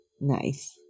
nice